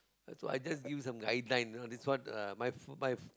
that's why I just give some guideline this one my my